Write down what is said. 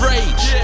Rage